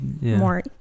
more